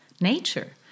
nature